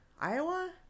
Iowa